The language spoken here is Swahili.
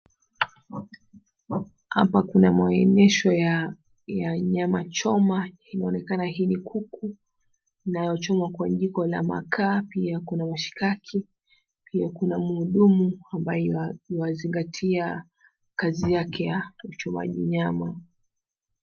Hapa kuna maonyesho ya nyama choma, inaonekana hii ni kuku inayochomwa kwenye jiko la makaa. Pia kuna mishikaki. Pia kuna muhudumu ambaye yu wazingatia kazi yake ya uchomaji nyama.